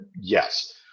Yes